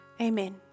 Amen